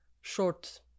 short